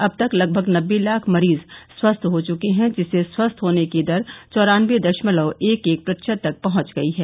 अब तक लगभग नबे लाख मरीज स्वस्थ हो चुके हैं जिससे स्वस्थ होने की दर चौरानबे दशमलव एक एक प्रतिशत तक पहुंच गई है